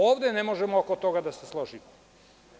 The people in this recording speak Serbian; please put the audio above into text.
Ovde ne možemo oko toga da se složimo.